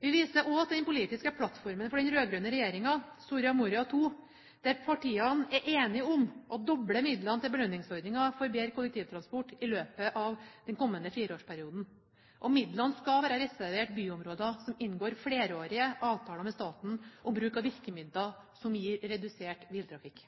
Vi viser også til den politiske plattformen for den rød-grønne regjeringen, Soria Moria II, der partiene er enige om å doble midlene til belønningsordningen for bedre kollektivtransport i løpet av den kommende fireårsperioden. Midlene skal være reservert byområder som inngår flerårige avtaler med staten om bruk av virkemidler som gir redusert biltrafikk.